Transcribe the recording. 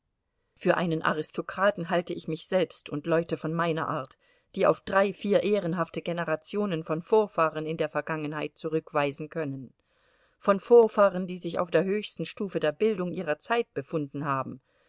für einen aristokraten halte ich mich selbst und leute von meiner art die auf drei vier ehrenhafte generationen von vorfahren in der vergangenheit zurückweisen können von vorfahren die sich auf der höchsten stufe der bildung ihrer zeit befunden haben